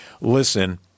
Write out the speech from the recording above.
listen